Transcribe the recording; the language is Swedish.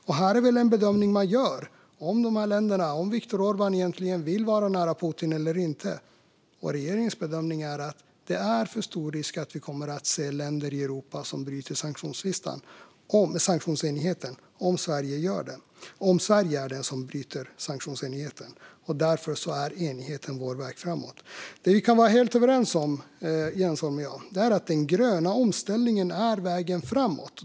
Här gör man väl en bedömning av de här länderna och av om Viktor Orbán egentligen vill vara nära Putin eller inte. Regeringens bedömning är att det är för stor risk att vi kommer att se andra länder i Europa som bryter sanktionsenigheten om Sverige är den som bryter sanktionsenigheten. Därför är enigheten vår väg framåt. Det vi kan vara helt överens om, Jens Holm och jag, är att den gröna omställningen är vägen framåt.